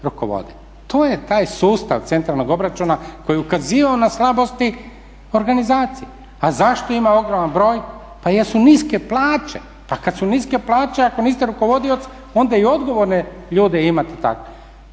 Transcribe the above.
To je taj sustav centralnog obračuna koji je ukazivao na slabosti organizacije. A zašto je imao ogroman broj? Pa jer su niske plaće. Pa kada su niske plaće ako niste rukovodilac onda i odgovorne ljude imate tako.